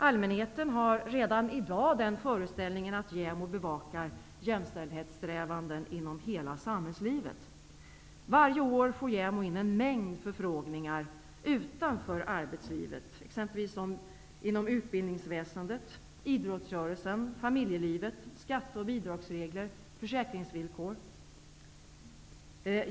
Allmänheten har redan i dag den föreställningen att JämO bevakar jämställdhetssträvanden inom hela samhällslivet. Varje år får JämO in en mängd förfrågningar om sådant som står utanför arbetslivets område. Dessa kan exempelvis röra utbildningsväsendet, idrottsrörelsen, familjelivet, skatte och bidragsregler och försäkringsvillkor.